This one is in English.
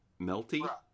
melty